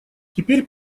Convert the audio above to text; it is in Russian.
теперь